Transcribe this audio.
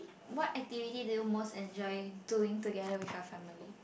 what activity do you most enjoy doing together with your family